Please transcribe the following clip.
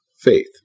faith